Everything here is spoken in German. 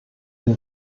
dem